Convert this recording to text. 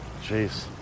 Jeez